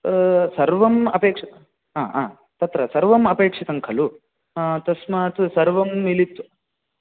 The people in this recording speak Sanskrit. सर्वम् अपेक्ष हा हा तत्र सर्वं अपेक्षितं खलु तस्मात् सर्वं मिलित्व हा